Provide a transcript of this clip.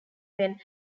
when